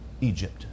Egypt